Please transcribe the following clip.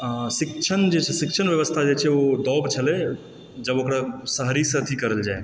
शिक्षण जे छै शिक्षण व्यवस्था जे छै ओ दब छलए जब ओकरा शहरीसँ अथी करल जाए